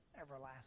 everlasting